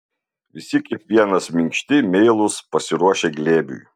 visi kaip vienas minkšti meilūs pasiruošę glėbiui